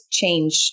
change